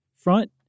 front